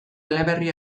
eleberri